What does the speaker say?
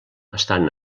estan